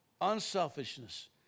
Unselfishness